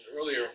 earlier